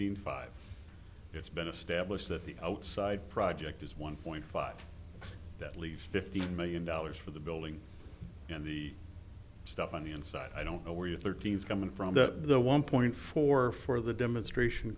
d five it's been established that the outside project is one point five that leaves fifteen million dollars for the building and the stuff on the inside i don't know where your thirteen is coming from that the one point four four the demonstration